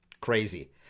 Crazy